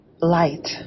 light